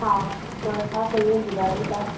हा त छा कयूं ॿुधायो तव्हां